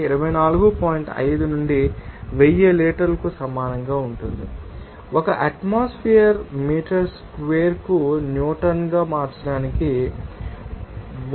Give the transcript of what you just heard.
5 నుండి 1000 లీటర్కు సమానంగా ఉంటుంది మరియు ఒక అట్మాస్ఫెరిక్ ాన్ని మీటర్ స్క్వేర్కు న్యూటన్గా మార్చడానికి 1